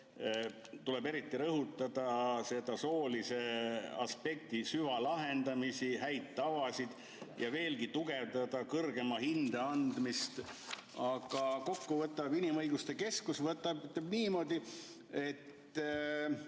tuleb eriti rõhutada soolise aspekti süvalaiendamist, häid tavasid ja veelgi tugevdada kõrgema hinde andmist. Aga kokku võtab Eesti Inimõiguste Keskus niimoodi, et